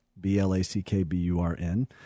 B-L-A-C-K-B-U-R-N